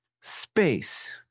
space